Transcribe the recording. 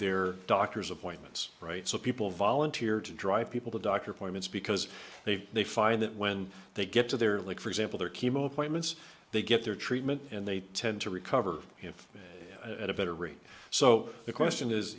their doctor's appointments right so people volunteer to drive people to doctor appointments because they they find that when they get to their like for example their chemo appointments they get their treatment and they tend to recover him at a better rate so the question is